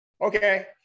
okay